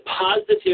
positive